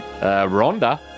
Rhonda